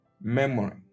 Memory